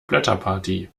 blätterparty